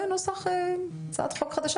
ונוסח הצעת חוק חדש,